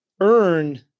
earn